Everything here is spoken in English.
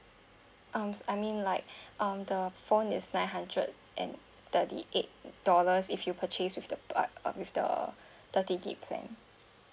um I mean like um the phone is nine hundred and thirty eight dollars if you purchase with the uh with the thirty GB plan